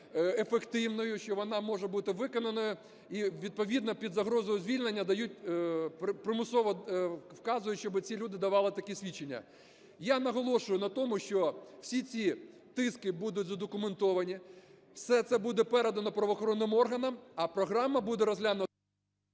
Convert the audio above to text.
ефективною, що вона може бути виконаною. І відповідно під загрозою звільнення дають... примусово вказують, щоби ці люди давали такі свідчення. Я наголошую на тому, що всі ці тиски будуть задокументовані, все це буде передано правоохоронним органам, а програма буде розглянута...